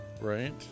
Right